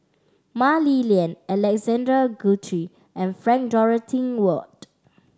Mah Li Lian Alexander Guthrie and Frank Dorrington Ward